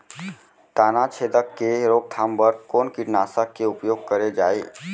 तनाछेदक के रोकथाम बर कोन कीटनाशक के उपयोग करे जाये?